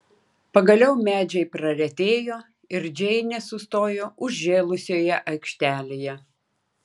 pagaliau medžiai praretėjo ir džeinė sustojo užžėlusioje aikštelėje